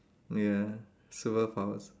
ya superpowers